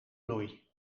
bloei